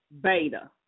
beta